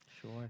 Sure